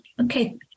Okay